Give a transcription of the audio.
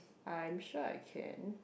I am sure I can